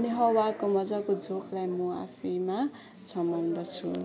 अनि हावाको मज्जाको झोकलाई म आफैमा समाउँदछु